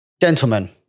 Gentlemen